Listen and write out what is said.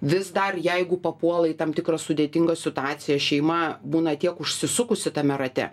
vis dar jeigu papuola į tam tikrą sudėtingą situaciją šeima būna tiek užsisukusi tame rate